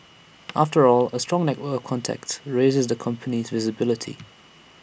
after all A strong network of contacts raises the company's visibility